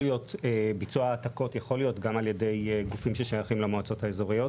ביצוע העתקות יכול להיות גם על ידי גופים ששייכים למועצות האזוריות,